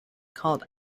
called